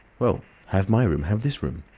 well, have my room have this room.